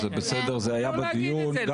זה היה בדיון.